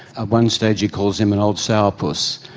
ah one stage he calls him an old sourpuss.